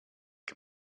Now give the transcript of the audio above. can